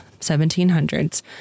1700s